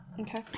okay